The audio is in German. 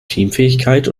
teamfähigkeit